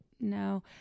No